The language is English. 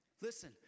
Listen